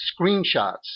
screenshots